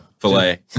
Filet